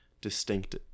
distinct